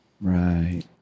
right